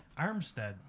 Armstead